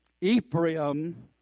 Ephraim